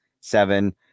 Seven